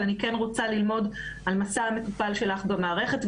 אבל אני כן רוצה ללמוד על מסע המטופל שלך במערכת,